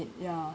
ya